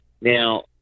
Now